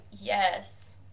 yes